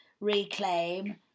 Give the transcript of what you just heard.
reclaim